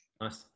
nice